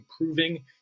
improving